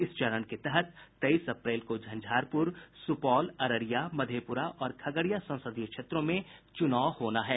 इस चरण के तहत तेईस अप्रैल को झंझारपुर सुपौल अररिया मधेपुरा और खगड़िया संसदीय क्षेत्रों में चुनाव होना है